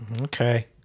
Okay